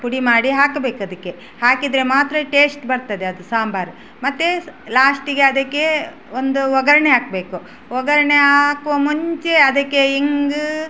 ಪುಡಿ ಮಾಡಿ ಹಾಕಬೇಕು ಅದಕ್ಕೆ ಹಾಕಿದರೆ ಮಾತ್ರ ಟೇಸ್ಟ್ ಬರ್ತದೆ ಅದು ಸಾಂಬಾರ ಮತ್ತೆ ಲಾಸ್ಟಿಗೆ ಅದಕ್ಕೆ ಒಂದು ಒಗ್ಗರಣೆ ಹಾಕ್ಬೇಕು ಒಗ್ಗರಣೆ ಹಾಕುವ ಮುಂಚೆ ಅದಕ್ಕೆ ಹಿಂಗೆ